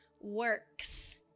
works